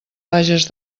vages